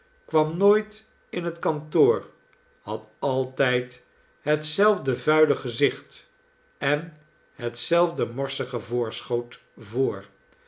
kwam nooit in het kantoor had altijd hetzelfde vuile gezicht en hetzelfde morsige voorschoot voor